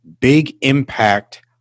big-impact